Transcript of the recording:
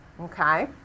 Okay